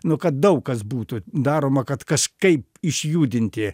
nu kad daug kas būtų daroma kad kažkaip išjudinti